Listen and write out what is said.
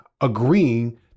agreeing